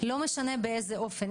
לא משנה באיזה אופן.